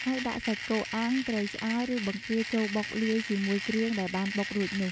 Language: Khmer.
ហើយដាក់សាច់គោអាំង ត្រីឆ្អើរ ឬបង្គាចូលបុកលាយជាមួយគ្រឿងដែលបានបុករួចនោះ។